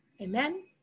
Amen